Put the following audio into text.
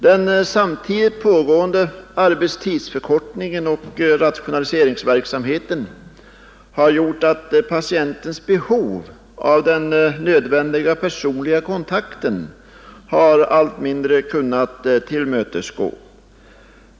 Den samtidigt pågående arbetstidsförkortningen och rationaliseringsverksamheten har gjort att patientens behov av den nödvändiga personliga kontakten har allt mindre kunnat tillgodoses.